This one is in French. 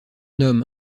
homme